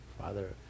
father